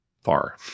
far